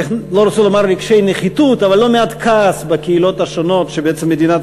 לא רוצה לומר רגשי נחיתות אבל לא מעט כעס בקהילות השונות שבעצם מדינת